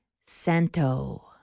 Santo